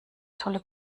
tolle